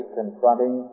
confronting